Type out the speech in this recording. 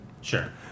Sure